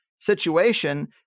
situation